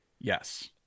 Yes